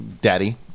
daddy